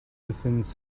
defense